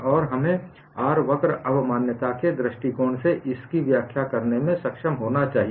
और हमें R वक्र अवमान्यता के दृष्टिकोण से इसकी व्याख्या करने में सक्षम होना चाहिए